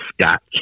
Scott